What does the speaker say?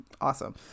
Awesome